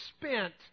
spent